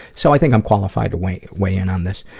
so i think i'm qualified to weigh weigh in on this.